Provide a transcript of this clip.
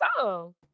song